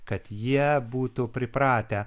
kad jie būtų pripratę